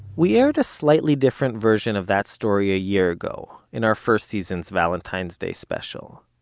we aired a slightly different version of that story a year ago, in our first season's valentine's day special.